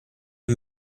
der